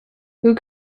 who